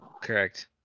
Correct